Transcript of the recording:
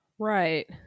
Right